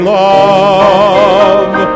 love